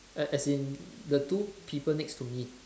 as as in the two people next to me